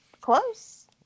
close